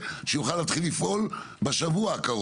והיה לנו שיתוף פעולה עם האוצר,